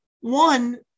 One